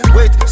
Wait